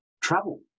travel